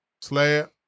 Slab